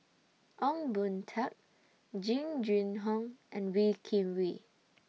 Ong Boon Tat Jing Jun Hong and Wee Kim Wee